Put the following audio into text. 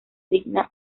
digna